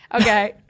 Okay